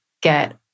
get